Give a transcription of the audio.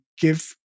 give